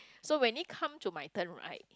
so when it comes to my turn right